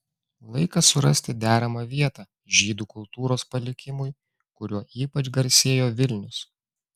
laikas surasti deramą vietą žydų kultūros palikimui kuriuo ypač garsėjo vilnius